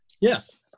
Yes